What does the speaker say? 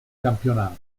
campionato